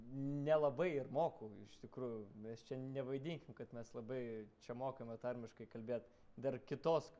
nelabai ir moku iš tikrųjų mes čia nevaidinkim kad mes labai čia mokame tarmiškai kalbėt dar kitos